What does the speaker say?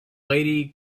lady